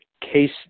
case